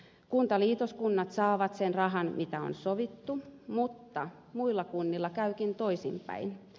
kuntaliitoskunnat saavat sen rahan mikä on sovittu mutta muilla kunnilla käykin toisinpäin